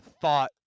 thought